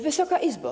Wysoka Izbo!